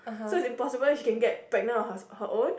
so it's impossible she can get pregnant on hers her own